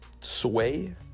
sway